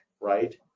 right